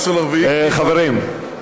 2016, חברים.